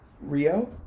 Rio